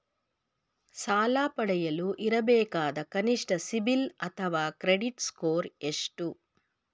ಸಾಲ ಪಡೆಯಲು ಇರಬೇಕಾದ ಕನಿಷ್ಠ ಸಿಬಿಲ್ ಅಥವಾ ಕ್ರೆಡಿಟ್ ಸ್ಕೋರ್ ಎಷ್ಟು?